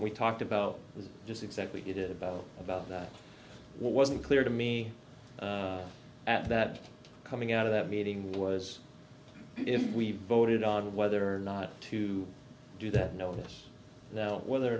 e we talked about just exactly it is about about that wasn't clear to me at that coming out of that meeting was if we voted on whether or not to do that notice now whether or